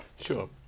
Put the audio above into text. Sure